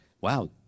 wow